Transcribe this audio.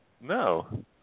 No